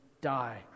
die